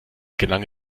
gelang